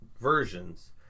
versions